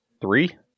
Three